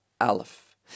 Aleph